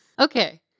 okay